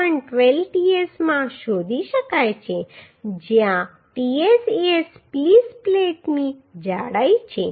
12 ts માં શોધી શકાય છે જ્યાં ts એ સ્પ્લીસ પ્લેટની જાડાઈ છે